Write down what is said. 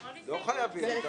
לא החוק.